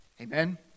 Amen